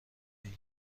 میگن